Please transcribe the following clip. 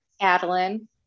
Adeline